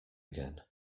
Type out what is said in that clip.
again